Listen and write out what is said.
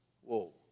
whoa